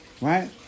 Right